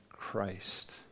Christ